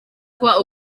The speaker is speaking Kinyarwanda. kuba